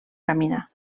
caminar